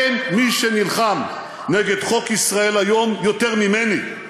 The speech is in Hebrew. אין מי שנלחם נגד חוק "ישראל היום" יותר ממני.